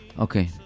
Okay